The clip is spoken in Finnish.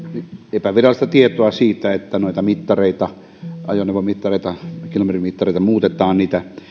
epävirallista tietoa siitä että noita mittareita ajoneuvomittareita kilometrimittareita muutetaan niitä